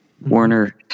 warner